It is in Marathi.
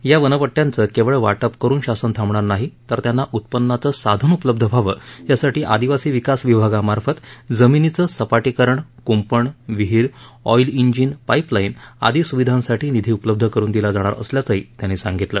या वनपट्ट्यांचं केवळ वाटप करून शासन थांबणार नाही तर त्यांना उत्पन्नाचं साधन उपलब्ध व्हावं यासाठी आदिवासी विकास विभागामार्फत जमिनीचं सपाटीकरण क्ंपण विहीर ऑईल इंजिन पाईपलाईन आदी स्विधांसाठी निधी उपलब्ध करून दिला जाणार असल्याचं त्यांनी सांगितलं